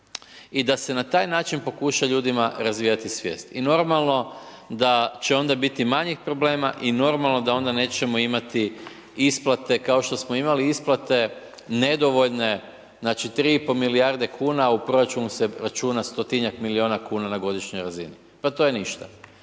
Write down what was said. i da se na taj način pokuša ljudima razvijati svijest. I normalno da će onda biti manjih problema i normalno da onda nećemo imati isplate kao što smo imali isplate nedovoljne, znači tri i pol milijarde kuna, a u proračunu se računa stotinjak milijuna kuna na godišnjoj razini. Pa to je ništa.